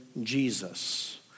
Jesus